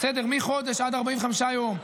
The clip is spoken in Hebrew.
מחודש עד 45 יום,